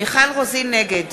נגד